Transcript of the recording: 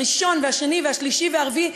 הראשון והשני והשלישי והרביעי,